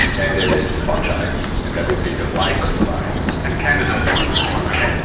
and there is fungi and that would be the mycobiome. and candida is one of those fungi.